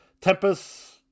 Tempest